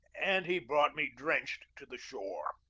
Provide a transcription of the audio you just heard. and he brought me drenched to the shore.